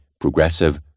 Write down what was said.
progressive